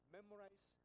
Memorize